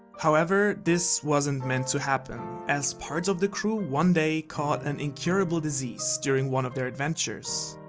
however, this wasn't meant to happen, as parts of the crew one day caught an incurable disease, during one of their adventures.